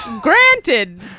granted